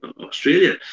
Australia